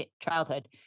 childhood